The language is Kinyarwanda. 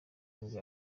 nibwo